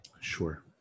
sure